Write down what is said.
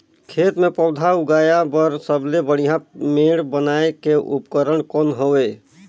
खेत मे पौधा उगाया बर सबले बढ़िया मेड़ बनाय के उपकरण कौन हवे?